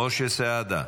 משה סעדה,